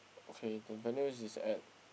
okay the venue is is at